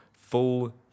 Full